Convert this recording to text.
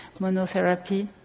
monotherapy